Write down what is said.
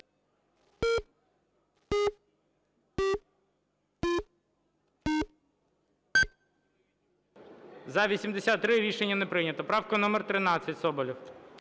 За-83 Рішення не прийнято. Правка номер 13, Соболєв.